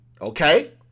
okay